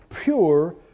pure